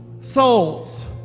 souls